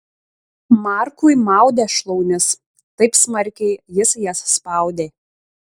markui maudė šlaunis taip smarkiai jis jas spaudė